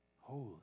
Holy